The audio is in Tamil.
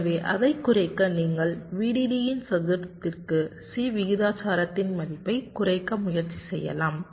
எனவே அதைக் குறைக்க நீங்கள் VDD இன் சதுரத்திற்கு C விகிதாசாரத்தின் மதிப்பைக் குறைக்க முயற்சி செய்யலாம்